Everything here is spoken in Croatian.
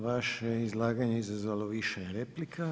Vaše izlaganje je izazvalo više replika.